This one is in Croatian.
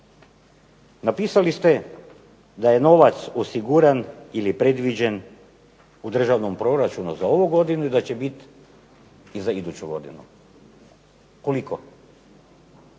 napisali ste da je novac osiguran ili predviđen u državnom proračunu za ovu godinu i da će biti i za iduću godinu. Koliko?